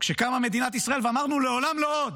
כשקמה מדינת ישראל, ואמרנו "לעולם לא עוד",